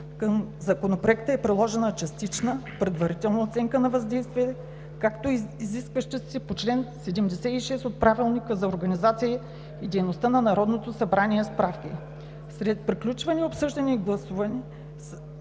Към Законопроекта е приложена Частична предварителна оценка на въздействието, както и изискващите се по чл. 76 от Правилника за организацията и дейността на Народното събрание справки. След приключване на обсъждането и гласуване